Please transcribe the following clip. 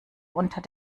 unter